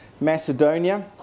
Macedonia